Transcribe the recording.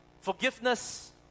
Forgiveness